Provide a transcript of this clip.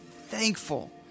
thankful